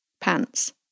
pants